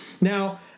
Now